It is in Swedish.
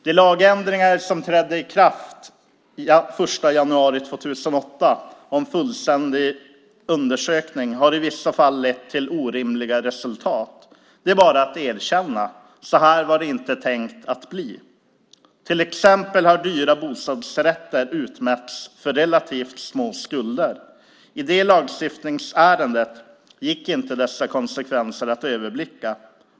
De lagändringar som trädde i kraft den 1 januari 2008 om fullständig undersökning har i vissa fall lett till orimliga resultat. Det är bara att erkänna: Så här var det inte tänkt att bli. Till exempel har dyra bostadsrätter utmätts för relativt små skulder. I det lagstiftningsärendet gick inte dessa konsekvenser att överblicka.